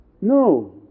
No